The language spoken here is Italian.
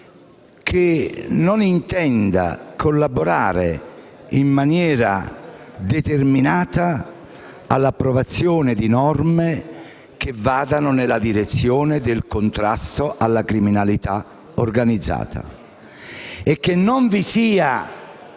che non intenda collaborare con determinazione all'approvazione di norme che vadano nella direzione del contrasto alla criminalità organizzata. Credo non vi sia